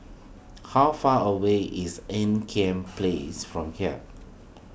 how far away is Ean Kiam Place from here